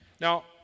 Now